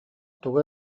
тугу